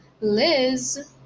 Liz